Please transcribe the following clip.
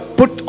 put